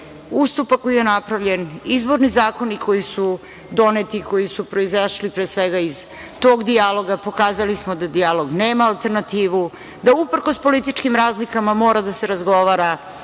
ustupak koji je napravljen, izborni zakoni koji su doneti, koji su proizašli pre svega iz tog dijaloga. Pokazali smo da dijalog nema alternativu, da uprkos političkim razlikama mora da se razgovara